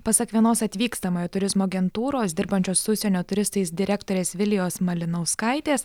pasak vienos atvykstamojo turizmo agentūros dirbančios su užsienio turistais direktorės vilijos malinauskaitės